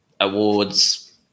Awards